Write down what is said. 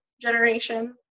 generation